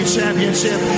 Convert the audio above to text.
Championship